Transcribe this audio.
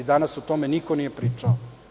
Danas o tome niko nije pričao.